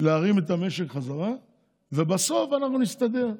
להרים את המשק בחזרה ובסוף אנחנו נסתדר,